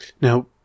Now